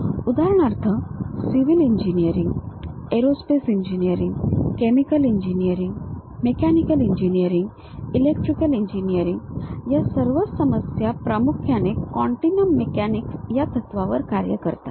उदाहरणार्थ civil engineering aerospace engineering chemical engineering mechanical engineering electrical engineering या सर्वच समस्या प्रामुख्याने कॉन्टिनम मेकॅनिक्स या तत्वावर कार्य करतात